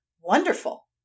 Wonderful